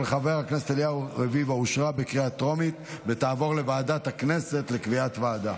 לוועדה שתקבע ועדת הכנסת נתקבלה.